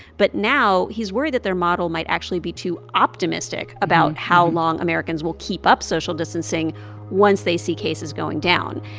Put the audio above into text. but now he's worried that their model might actually be too optimistic about how long americans will keep up social distancing once they see cases going down.